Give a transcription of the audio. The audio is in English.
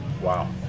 Wow